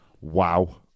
wow